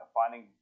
finding